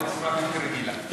בנושא, בצורה בלתי רגילה.